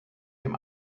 dem